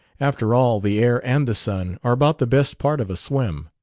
after all, the air and the sun are about the best part of a swim.